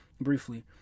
briefly